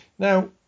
Now